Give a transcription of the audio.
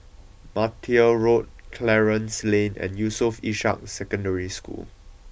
Martia Road Clarence Lane and Yusof Ishak Secondary School